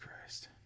Christ